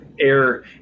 air